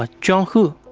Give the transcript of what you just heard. ah john hu,